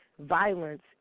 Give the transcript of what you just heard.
violence